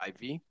IV